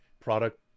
product